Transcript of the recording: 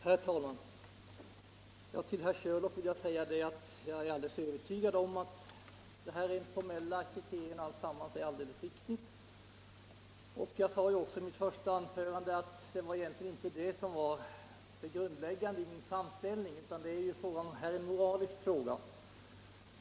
Herr talman! Till herr Körlof vill jag säga att jag är alldeles övertygad om att vad som sagts om det rent formella är helt riktigt. I mitt första anförande sade jag ju också att det egentligen inte är det som är det väsentliga i min framställning, utan att det här närmast är en moralisk fråga.